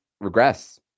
regress